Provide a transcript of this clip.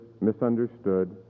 misunderstood